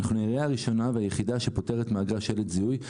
אנחנו העירייה הראשונה והיחידה שפוטרת מאגרת שלט זיהוי.